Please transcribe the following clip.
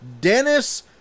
Dennis